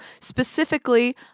specifically